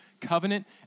covenant